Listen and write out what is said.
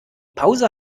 pause